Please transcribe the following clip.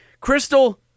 Crystal